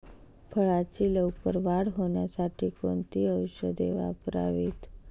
फळाची लवकर वाढ होण्यासाठी कोणती औषधे वापरावीत?